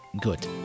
good